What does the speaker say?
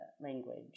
language